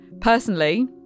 Personally